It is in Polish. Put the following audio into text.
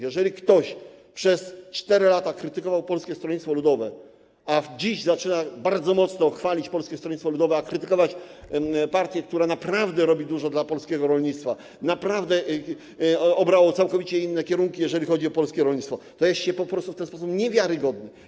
Jeżeli ktoś przez 4 lata krytykował Polskie Stronnictwo Ludowe, a dziś zaczyna bardzo mocno chwalić Polskie Stronnictwo Ludowe, a krytykować partię, która naprawdę robi dużo dla polskiego rolnictwa, naprawdę obrała całkowicie inne kierunki, jeżeli chodzi o polskie rolnictwo, to jest po prostu w ten sposób niewiarygodny.